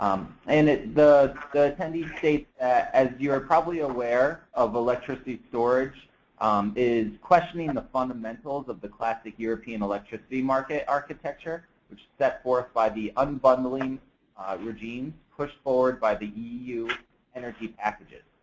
and it's the attendee state as you're probably aware of electricity storage is questioning and the fundamentals of the classic european electricity market architecture which set forth by the unbundling regime push forward by the eau energy packages.